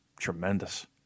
tremendous